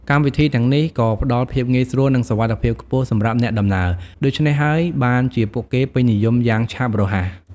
កម្មវិធីទាំងនេះក៏ផ្ដល់ភាពងាយស្រួល និងសុវត្ថិភាពខ្ពស់សម្រាប់អ្នកដំណើរ ដូច្នេះហើយបានជាពួកគេពេញនិយមយ៉ាងឆាប់រហ័ស។